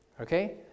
okay